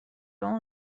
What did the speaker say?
اون